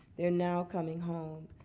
they're now coming home.